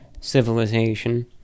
civilization